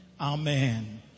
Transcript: Amen